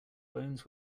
bones